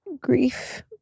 grief